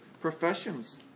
professions